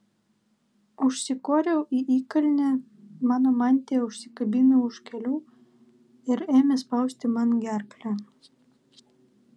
užsikoriau į įkalnę mano mantija užsikabino už kelių ir ėmė spausti man gerklę